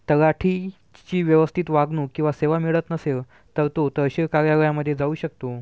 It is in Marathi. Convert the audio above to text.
तलाठीची व्यवस्थित वागणूक किंवा सेवा मिळत नसेल तर तो तहसील कार्यालयमध्ये जाऊ शकतो